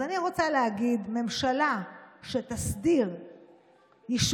אז אני רוצה להגיד: ממשלה שתסדיר יישובים